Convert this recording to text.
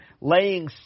laying